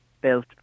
built